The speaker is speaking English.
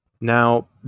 Now